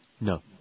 No